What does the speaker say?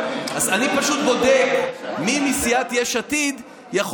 אני פשוט בודק מי מסיעת יש עתיד יכול